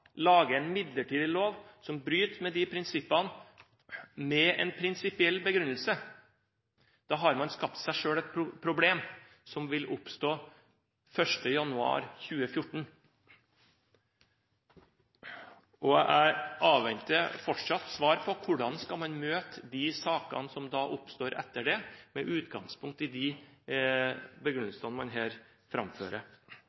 en midlertidig lov som bryter med de prinsippene, med en prinsipiell begrunnelse, har man skapt seg selv et problem som vil oppstå 1. januar 2014. Jeg avventer fortsatt svar på hvordan man skal møte de sakene som oppstår etter det, med utgangspunkt i de